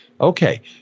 Okay